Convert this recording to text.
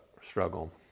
struggle